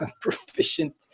proficient